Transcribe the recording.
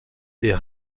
est